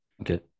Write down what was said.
Okay